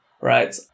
right